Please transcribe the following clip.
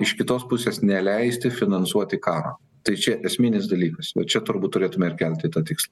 iš kitos pusės neleisti finansuoti karo tai čia esminis dalykas va čia turbūt turėtume ir kelti tą tikslą